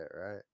right